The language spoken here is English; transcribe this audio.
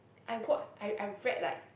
I wa~ I I read like